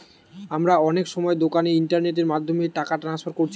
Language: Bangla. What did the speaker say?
আমরা অনেক সময় দোকানে ইন্টারনেটের মাধ্যমে টাকা ট্রান্সফার কোরছি